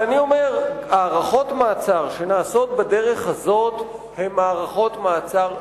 אני אומר שהארכות מעצר שנעשות בדרך הזאת הן הארכות מעצר,